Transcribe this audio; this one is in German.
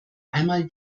einmal